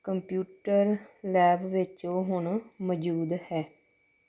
computer lab ਵਿੱਚ ਉਹ ਹੁਣ ਮੌਜੂਦ ਹੈ